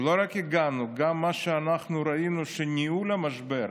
ולא רק הגענו, ראינו שגם ניהול המשבר,